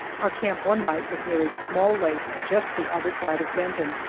our camp one night was near a small lake just the other side of benton,